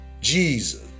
Jesus